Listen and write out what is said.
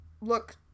look